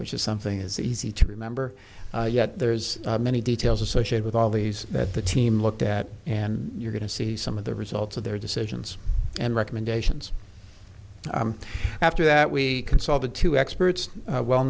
which is something is easy to remember yet there's many details associated with all these that the team looked at and you're going to see some of the results of their decisions and recommendations after that we consulted two experts well